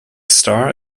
star